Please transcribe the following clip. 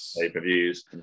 pay-per-views